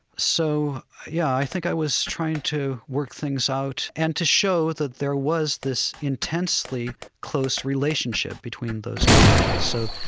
so yeah, i think i was trying to work things out and to show that there was this intensely close relationship between those two things. so,